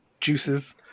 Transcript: juices